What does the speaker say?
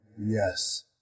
yes